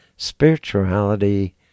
spirituality